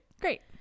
Great